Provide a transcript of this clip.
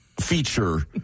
feature